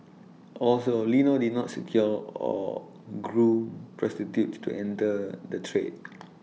also Lino did not secure or groom prostitutes to enter the trade